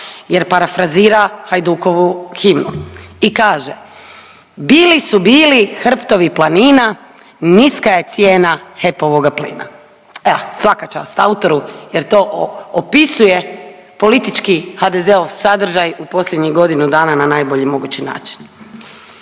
jer parafrazira Hajdukovu himnu i kaže, bili su bili hrptovi planina niska je cijena HEP-ovoga plina. Evo svaka čast autoru jer to opisuje politički HDZ-ov sadržaj u posljednjih godinu dana na najbolji mogući način.